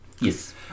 Yes